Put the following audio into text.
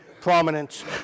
prominence